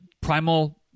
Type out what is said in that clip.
primal